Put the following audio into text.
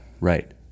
Right